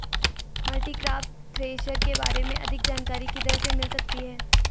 Multicrop thresher के बारे में अधिक जानकारी किधर से मिल सकती है?